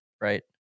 Right